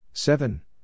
Seven